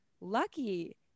lucky